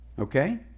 Okay